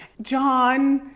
john,